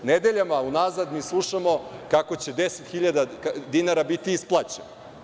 Nedeljama unazad mi slušamo kako će 10.000 dinara biti isplaćeno.